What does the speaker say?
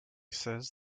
says